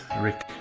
Rick